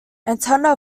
antenna